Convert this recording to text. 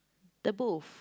the booth